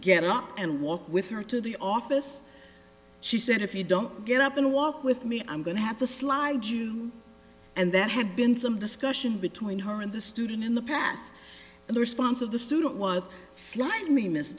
get up and walk with her to the office she said if you don't get up and walk with me i'm going to have to slide you and that had been some discussion between her and the student in the past and the response of the student was sli